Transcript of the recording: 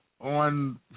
on